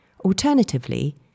Alternatively